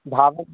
भागः